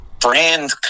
brand